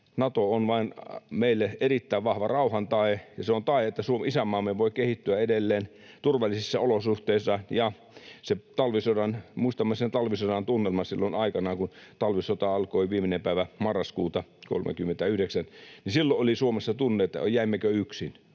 Nato vain on meille erittäin vahva rauhan tae, ja se on tae siitä, että isänmaamme voi kehittyä edelleen turvallisissa olosuhteissa. Muistamme sen talvisodan tunnelman silloin aikanaan, kun talvisota alkoi viimeinen päivä marraskuuta 39. Silloin oli Suomessa tunne, että jäimmekö yksin.